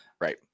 Right